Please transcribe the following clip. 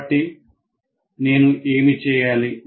కాబట్టినేను ఏమి చేయాలి